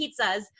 pizzas